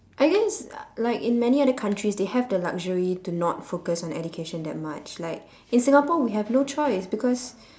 I guess like in many other countries they have the luxury to not focus on education that much like in singapore we have no choice because